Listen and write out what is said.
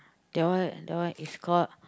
that one and that one is called